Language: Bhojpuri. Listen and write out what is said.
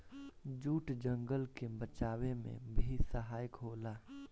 जूट जंगल के बचावे में भी सहायक होला